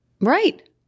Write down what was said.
Right